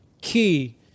key